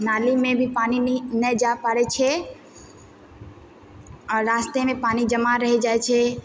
नालीमे भी पानि नहि जाइ पाड़ै छै आ रास्तेमे पानि जमा रहि जाइ छै